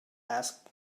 asked